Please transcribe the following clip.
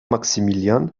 maximilian